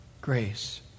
grace